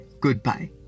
goodbye